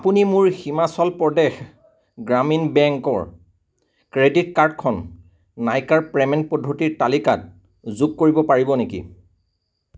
আপুনি মোৰ হিমাচল প্ৰদেশ গ্ৰামীণ বেংকৰ ক্ৰেডিট কাৰ্ড খন নাইকাৰ পেমেণ্ট পদ্ধতিৰ তালিকাত যোগ কৰিব পাৰিব নেকি